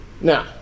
Now